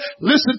listen